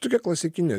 tokia klasikinė